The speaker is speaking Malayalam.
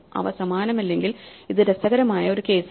അവ സമാനമല്ലെങ്കിൽ ഇത് രസകരമായ ഒരു കേസാണ്